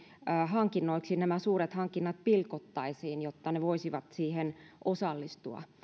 hankinnoiksi nämä suuret hankinnat pilkottaisiin jotta ne voisivat siihen osallistua